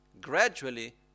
Gradually